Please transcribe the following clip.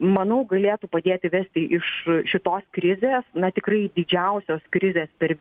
manau galėtų padėti vesti iš šitos krizės na tikrai didžiausios krizės per